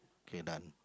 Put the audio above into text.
okay done